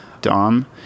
dom